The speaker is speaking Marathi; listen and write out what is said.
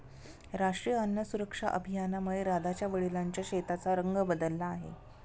राष्ट्रीय अन्न सुरक्षा अभियानामुळे राधाच्या वडिलांच्या शेताचा रंग बदलला आहे